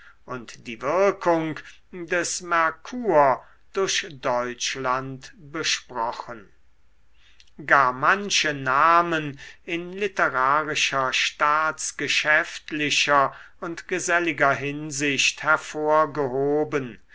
und die wirkung des merkur durch deutschland besprochen gar manche namen in literarischer staatsgeschäftlicher und geselliger hinsicht hervorgehoben